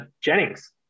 Jennings